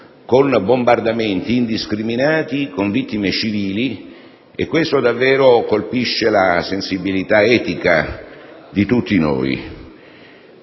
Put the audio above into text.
con bombardamenti indiscriminati e che causano vittime civili, e ciò davvero colpisce la sensibilità etica di tutti noi.